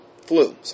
flu